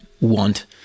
want